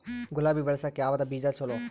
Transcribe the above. ಗುಲಾಬಿ ಬೆಳಸಕ್ಕ ಯಾವದ ಬೀಜಾ ಚಲೋ?